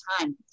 time